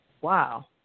Wow